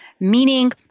Meaning